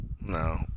No